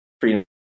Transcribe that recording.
free